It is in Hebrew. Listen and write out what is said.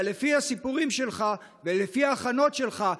אבל לפי הסיפורים שלך ולפי ההכנות שלך,